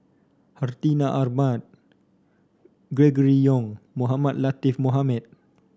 Hartinah Ahmad Gregory Yong Mohamed Latiff Mohamed